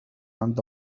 عند